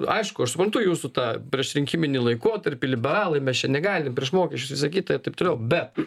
aišku aš suprantu jūsų tą priešrinkiminį laikotarpį liberalai mes čia negalim prieš mokesčius visa kita ir taip toliau bet